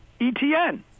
ETN